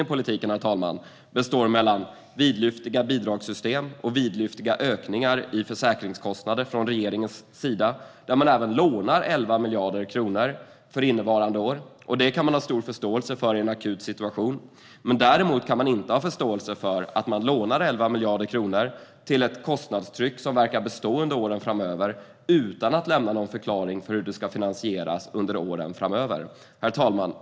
På ena sidan i denna konflikt står regeringens vidlyftiga bidragssystem och vidlyftiga ökningar av försäkringskostnader. Att man lånar 11 miljarder kronor under innevarande år kan vi ha stor förståelse för i en akut situation. Däremot kan vi inte ha förståelse för att regeringen lånar 11 miljarder kronor till ett kostnadstryck som verkar bestå under åren framöver utan att lämna någon förklaring till hur det ska finansieras under åren framöver.